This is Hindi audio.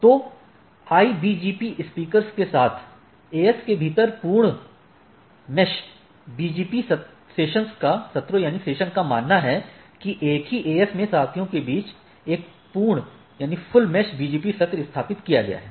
तो IBGP स्पीकर्स की तरह AS के भीतर पूर्ण मेष BGP सत्रों का मानना है कि एक ही AS में साथियों के बीच एक पूर्ण मेष BGP सत्र स्थापित किया गया है